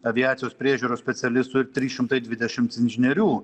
aviacijos priežiūros specialistų ir trys šimtai dvidešimt inžinierių